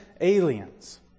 aliens